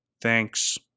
Thanks